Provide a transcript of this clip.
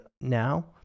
now